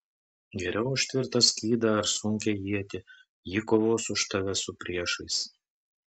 geriau už tvirtą skydą ar sunkią ietį ji kovos už tave su priešais